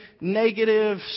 negative